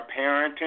parenting